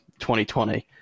2020